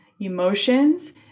emotions